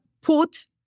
put